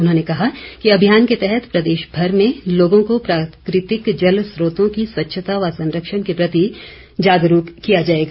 उन्होंने कहा कि अभियान के तहत प्रदेशभर में लोगों को प्राकृतिक जल स्रोतों की स्वच्छता व संरक्षण के प्रति जागरूक किया जाएगा